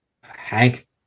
Hank